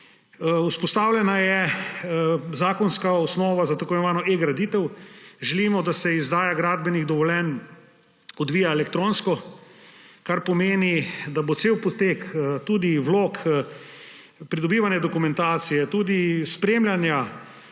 Vzpostavljena je zakonska osnova za tako imenovano eGraditev. Želimo, da se izdaja gradbenih dovoljenj odvija elektronsko, kar pomeni, da bo celoten potek vlog, pridobivanja dokumentacije, tudi spremljanja,